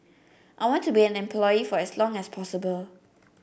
I want to be an employee for as long as possible